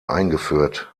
eingeführt